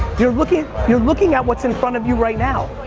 you're looking, you're looking at what's in front of you right now.